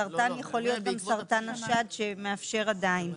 סרטן יכול להיות גם סרטן השד שמאפשר עדיין,